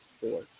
four